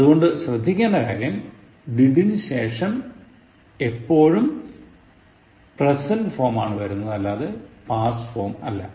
അതുകൊണ്ട് ശ്രദ്ധിക്കേണ്ട കാര്യം did നു ശേഷം എപ്പോഴും പ്രസന്റ് ഫോം ആണു വരുന്നത് അല്ലാതെ പാസ്റ് ഫോം അല്ല